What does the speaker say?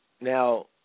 Now